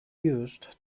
used